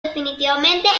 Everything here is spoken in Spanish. definitivamente